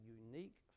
unique